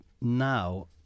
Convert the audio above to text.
Now